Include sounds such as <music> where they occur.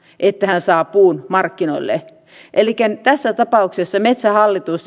että hän saa puun markkinoille elikkä tässä tapauksessa metsähallitus <unintelligible>